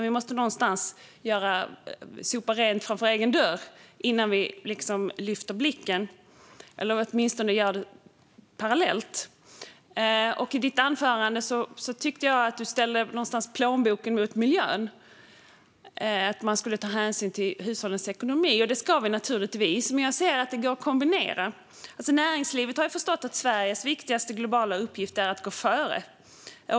Vi måste sopa rent framför egen dörr innan vi lyfter blicken, eller åtminstone gör det parallellt. I ditt anförande tyckte jag att du ställde plånboken mot miljön. Man skulle ta hänsyn till hushållens ekonomi. Det ska vi naturligtvis. Men jag anser att det går att kombinera. Näringslivet har förstått att Sveriges viktigaste globala uppgift är att gå före.